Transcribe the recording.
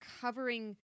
covering